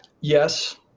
yes